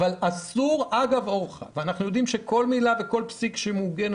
אנחנו יודעים שכל מילה וכל פסיק שמעוגנים